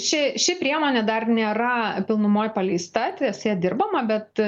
ši ši priemonė dar nėra pilnumoj paleista ties ja dirbama bet